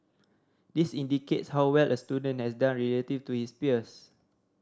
this indicates how well a student has done relative to his peers